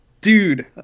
dude